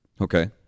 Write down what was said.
Okay